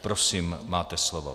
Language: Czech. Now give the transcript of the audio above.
Prosím, máte slovo.